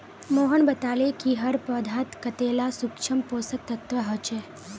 मोहन बताले कि हर पौधात कतेला सूक्ष्म पोषक तत्व ह छे